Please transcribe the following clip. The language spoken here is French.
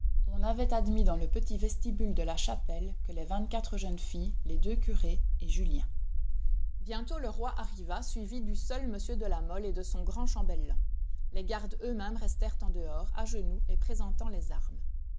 on n'avait admis dans le petit vestibule de la chapelle que les vingt-quatre jeunes filles les deux curés et julien bientôt le roi arriva suivi du seul m de la mole et de son grand chambellan les gardes eux-mêmes restèrent en dehors à genoux et présentant les armes